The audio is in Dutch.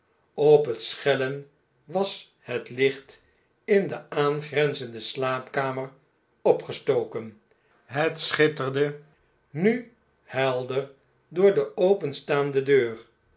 op het schellen was het licht in de aangrenzende slaapkamer opgestoken het schitterde nu helder door de openstaande deur